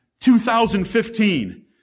2015